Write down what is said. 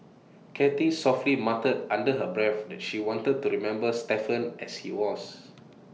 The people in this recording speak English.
cathy softly muttered under her breath that she wanted to remember Stephen as he was